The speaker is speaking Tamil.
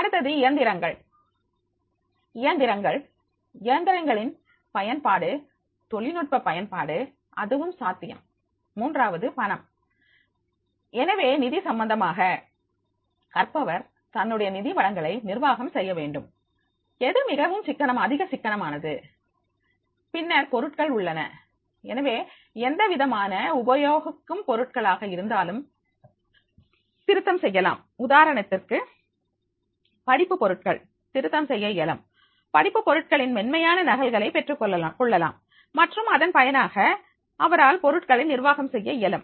அடுத்தது இயந்திரங்கள் இயந்திரங்கள் இயந்திரங்களின் பயன்பாடுதொழில்நுட்ப பயன்பாடு அதுவும் சாத்தியம் மூன்றாவது பணம் எனவே நிதி சம்பந்தமாக கற்பவர் தன்னுடைய நிதி வளங்களை நிர்வாகம் செய்ய வேண்டும் எது அதிக சிக்கனமானது பின்னர் பொருட்கள் உள்ளன எனவே எந்தவிதமான உபயோகிக்கும் பொருட்களாக இருந்தாலும் திருத்தம் செய்யலாம் உதாரணத்திற்கு படிப்பு பொருட்கள் திருத்தம் செய்ய இயலும் படிப்பு பொருட்களின் மென்மையான நகல்களை பெற்றுக்கொள்ளலாம் மற்றும் இதன் பயனாக அவரால் பொருட்களை நிர்வாகம் செய்ய இயலும்